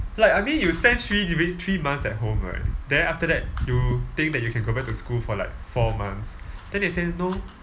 like I mean you spend three living three months at home right then after that you think that you can go back to school for like four months then they say no